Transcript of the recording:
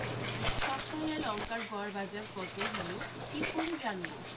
সপ্তাহে লংকার গড় বাজার কতো হলো কীকরে জানবো?